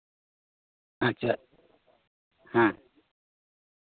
ᱟᱪᱪᱷᱟ ᱦᱮᱸ